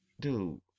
Dude